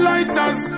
Lighters